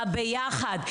הביחד,